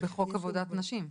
זה בחוק עבודת נשים?